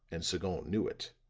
and sagon knew it.